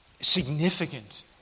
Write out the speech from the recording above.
significant